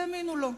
והאמינו לו.